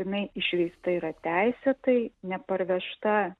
jinai išveista yra teisėtai neparvežta